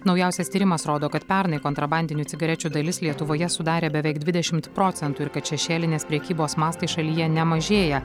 naujausias tyrimas rodo kad pernai kontrabandinių cigarečių dalis lietuvoje sudarė beveik dvidešimt procentų ir kad šešėlinės prekybos mastai šalyje nemažėja